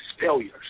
failures